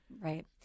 right